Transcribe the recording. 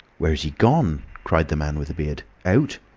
where's he gone? cried the man with the beard. out?